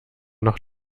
noch